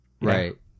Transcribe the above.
Right